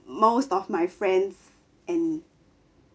most of my friends and